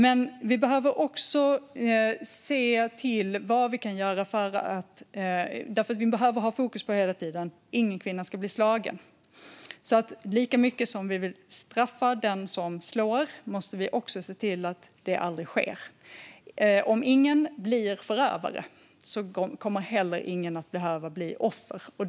Vi behöver också se vad vi kan göra, för fokus måste hela tiden ligga på att ingen kvinna ska bli slagen. Vi vill straffa den som slår, men lika viktigt är att se till att detta aldrig sker. Om ingen blir förövare kommer ingen heller att behöva bli offer.